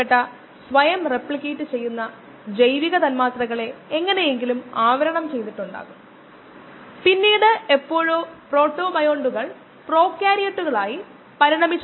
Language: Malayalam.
303kd മുകളിലുള്ള വിശകലനം ഒരൊറ്റ കോശങ്ങളുടെ സസ്പെൻഷന് മാത്രമേ ബാധകമാകൂ എന്ന് ഓർക്കുക ഏത് സമയത്തും നശീകരണത്തിന്റെ നിരക്ക് പ്രായോഗിക കോശങ്ങളുടെ സാന്ദ്രതക്ക് നേരിട്ട് ആനുപാതികമാണ്